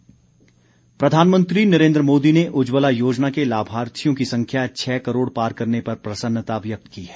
उज्ज्वला योजना प्रधानमंत्री नरेंद्र मोदी ने उज्ज्वला योजना के लाभार्थियों की संख्या छह करोड़ पार करने पर प्रसन्नता व्यक्त की है